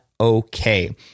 okay